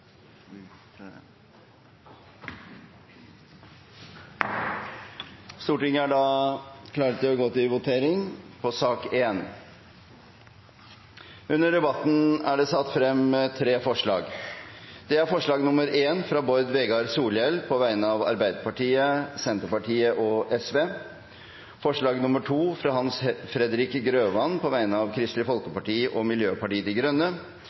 Stortinget er da klar til å gå til votering i sak nr. 1. Under debatten er det satt frem tre forslag. Det er forslag nr. 1, fra Bård Vegar Solhjell på vegne av Arbeiderpartiet, Senterpartiet og Sosialistisk Venstreparti forslag nr. 2, fra Hans Fredrik Grøvan på vegne av Kristelig Folkeparti og Miljøpartiet De Grønne